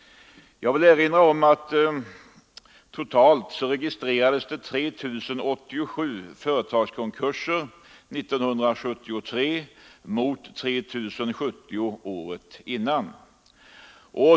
Totalt registrerades 3 087 företagskonkurser 1973 mot 3 070 året innan.